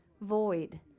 void